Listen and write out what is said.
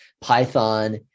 Python